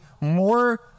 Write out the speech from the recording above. more